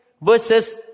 verses